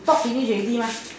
talk finish already mah